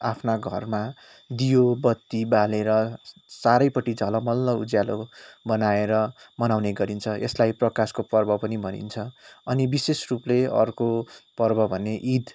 आफ्ना घरमा दियो बत्ती बालेर चारैपट्टि झलमल्ल अज्यालो बनाएर मनाउने गरिन्छ यसलाई प्रकाशको पर्व पनि भनिन्छ अनि विशेष रूपले अर्को पर्व भने ईद